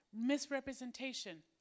misrepresentation